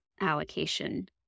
allocation